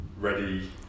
ready